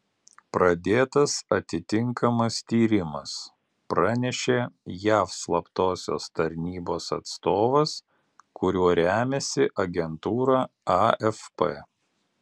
pradėtas atitinkamas tyrimas pranešė jav slaptosios tarnybos atstovas kuriuo remiasi agentūra afp